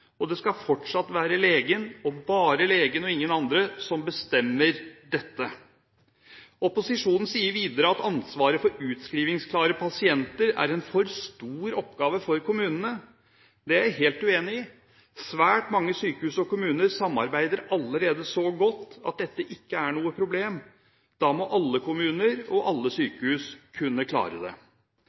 og det skal fortsatt være legen – bare legen og ingen andre – som bestemmer dette. Opposisjonen sier videre at ansvaret for utskrivingsklare pasienter er en for stor oppgave for kommunene. Det er jeg helt uenig i. Svært mange sykehus og kommuner samarbeider allerede så godt at dette ikke er noe problem. Da må alle kommuner og alle sykehus kunne klare det.